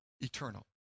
eternal